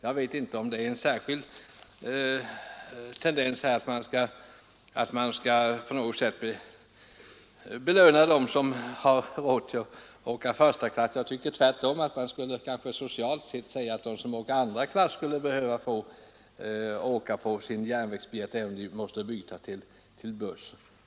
Jag vet inte om det är en tendens att på något sätt belöna dem som har råd att åka första klass. Jag tycker att man socialt sett tvärtom skulle säga att de som åker andra klass behöver få åka på sin järnvägsbiljett även när de måste byta till buss.